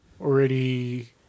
already